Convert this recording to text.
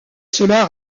cela